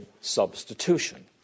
substitution